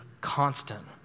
constant